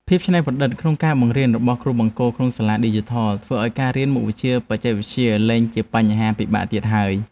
ភាពច្នៃប្រឌិតក្នុងការបង្រៀនរបស់គ្រូបង្គោលក្នុងសាលាឌីជីថលធ្វើឱ្យការរៀនមុខវិជ្ជាបច្ចេកវិទ្យាលែងជាបញ្ហាពិបាកទៀតហើយ។